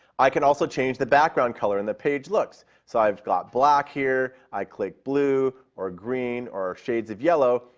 i can also change the background color on and the page looks. so i've got black here, i click blue, or green, or shades of yellow.